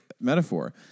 metaphor